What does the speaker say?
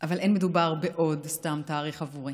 אבל לא מדובר בעוד סתם תאריך עבורי.